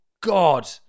God